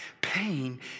pain